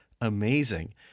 amazing